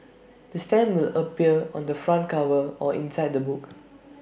the stamp will appear on the front cover or inside the book